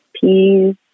peas